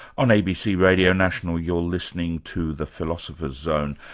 on abc radio national you're listening to the philosopher's zone,